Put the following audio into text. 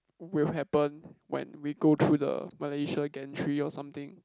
will happen when we go through the Malaysia gantry or something